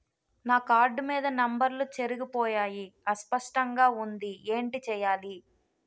నా కార్డ్ మీద నంబర్లు చెరిగిపోయాయి అస్పష్టంగా వుంది ఏంటి చేయాలి?